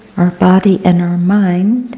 our body, and our mind